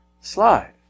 slide